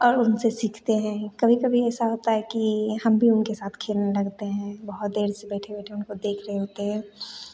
और उनसे सीखते हैं कभी कभी ऐसा होता है कि हम भी उनके साथ खेलने लगते हैं बहुत देर से बैठे बैठे उनको देख रहे होते हैं